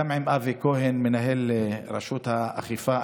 וגם עם אבי כהן, מנהל רשות האכיפה.